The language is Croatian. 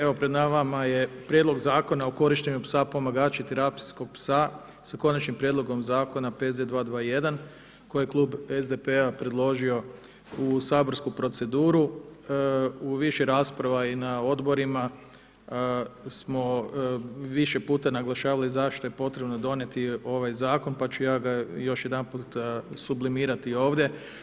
Evo, pred nama je Prijedlog Zakona o korištenju psa pomagača i terapijskog psa, sa konačnim prijedlogom zakona P.Z. 221, koje Klub SDP-a predložio u saborsku proceduru, u više rasprava i na odborima, smo više puta naglašavali zašto je potrebno donijeti ovaj zakon, pa ću ja još jedanput sublimirati ovdje.